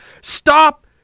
Stop